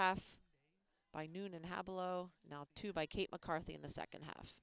half by noon and have a low now two by kate mccarthy in the second half